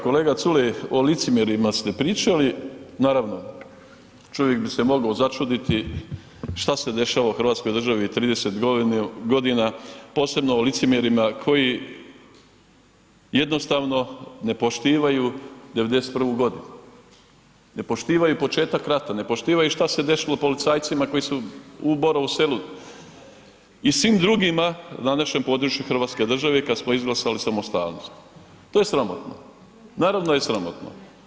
Kolega Culej, o licemjerjima ste pričali, naravno čovjek bi se mogao začuditi šta se dešava u hrvatskoj državi 30.g., posebno o licemjerima koji jednostavno ne poštivaju '91.g., ne poštivaju početak rata, ne poštivaju šta se desilo policajcima koji su u Borovu selu i svim drugima na našem području hrvatske države kad smo izglasali samostalnost, to je sramotno, naravno da je sramotno.